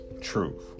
truth